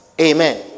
amen